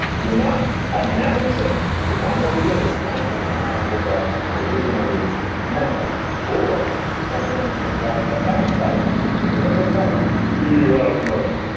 you're not announcing the time. what you're doing is counting the time. that's what that originally meant or something like a bank teller. but what are they telling you? you're out of money.